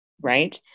Right